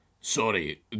Sorry